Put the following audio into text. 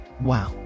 Wow